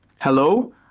Hello